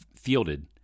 fielded